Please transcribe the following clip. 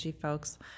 folks